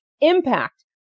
impact